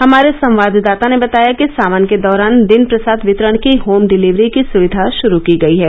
हमारे संवाददाता ने बताया कि सावन के दौरान दिन प्रसाद वितरण की होम डिलिवरी की सुविधा शुरू की गई है